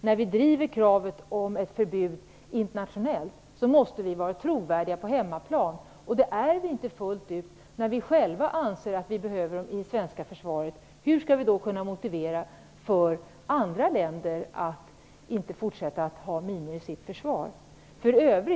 När vi driver kravet på ett förbud internationellt måste vi vara trovärdiga på hemmaplan, och det är vi inte fullt ut när vi anser att sådana här minor behövs i det svenska försvaret. Hur skall vi då kunna motivera ett krav på andra länder att inte fortsätta med att ha minor i sina försvarsverksamheter?